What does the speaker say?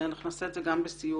אנחנו נעשה את זה גם בסיוע,